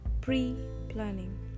pre-planning